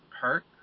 hurt